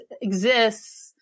exists